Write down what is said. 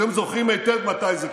אז למה שמחה,